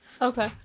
okay